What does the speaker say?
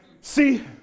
See